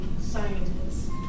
scientists